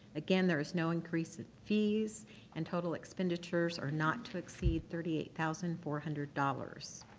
again, there is no increase in fees and total expenditures are not to exceed thirty eight thousand four hundred dollars.